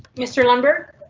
mr. lumber.